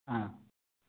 ஆ